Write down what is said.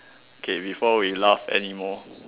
okay before we laugh anymore